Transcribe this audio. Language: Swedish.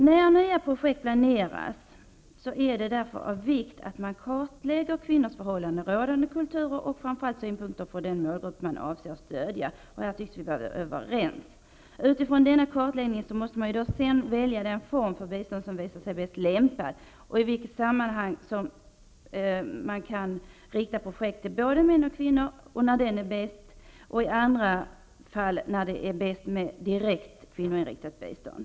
När nya projekt planeras är det därför av vikt att man kartlägger kvinnors förhållanden, rådande kulturer och framför allt synpunkter från den målgrupp man avser att stödja. På den punkten tycks vi vara överens. Utifrån denna kartläggning måste man sedan välja den form för bistånd som visar sig mest lämpad och se i vilka sammanhang det är bäst att rikta projekten till både män och kvinnor och i vilka fall det är bäst med direkt kvinnoinriktat bistånd.